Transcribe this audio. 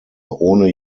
ohne